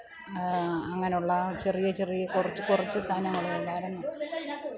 അങ്ങനുള്ള ചെറിയ ചെറിയ കുറച്ചു കുറച്ച് സാധനങ്ങള് ഉണ്ടായിരുന്നു